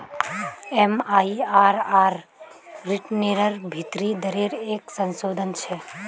MIRR रिटर्नेर भीतरी दरेर एक संशोधन छे